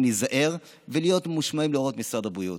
להיזהר ולהיות ממושמעים להוראות משרד הבריאות,